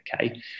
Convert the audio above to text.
Okay